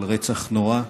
על הרצח הנורא,